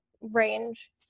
range